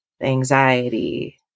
Anxiety